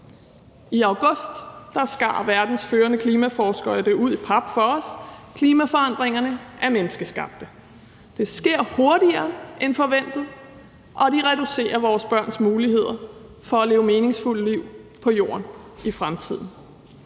I august skar verdens førende klimaforskere det ud i pap for os: Klimaforandringerne er menneskeskabte, det sker hurtigere end forventet, og vi reducerer vores børns muligheder for at leve meningsfulde liv på Jorden i fremtiden.